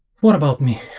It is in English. what about me?